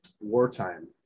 wartime